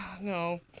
No